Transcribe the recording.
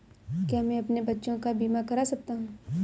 क्या मैं अपने बच्चों का बीमा करा सकता हूँ?